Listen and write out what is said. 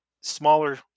smaller